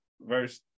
verse